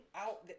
out